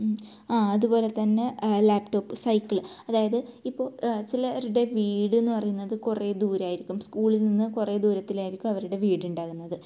ആ അതുപോലെ തന്നെ ലാപ്ടോപ്പ് സൈക്കിള് അതായത് ഇപ്പോൾ ചിലരുടെ വീട് എന്ന് പറയുന്നത് കുറെ ദൂരെ ആയിരിക്കും സ്കൂളിൽ നിന്ന് കുറെ ദൂരത്തിലായിരിക്കും അവരുടെ വീട് ഉണ്ടാവുന്നത്